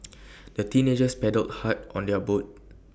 the teenagers paddled hard on their boat